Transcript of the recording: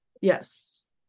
Yes